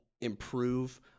improve